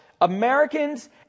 Americans